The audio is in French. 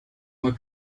mois